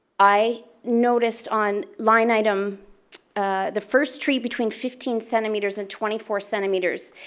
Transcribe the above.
i noticed on line item the first tree between fifteen centimetres and twenty four centimetres,